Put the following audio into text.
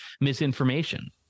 misinformation